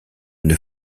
une